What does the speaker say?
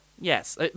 Yes